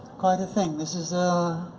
quite a thing this is,